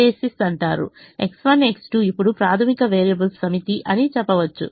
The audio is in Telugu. X1 X2 ఇప్పుడు ప్రాథమిక వేరియబుల్స్ సమితి అని చెప్పండి